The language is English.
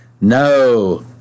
No